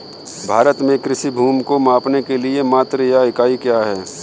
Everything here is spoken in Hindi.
भारत में कृषि भूमि को मापने के लिए मात्रक या इकाई क्या है?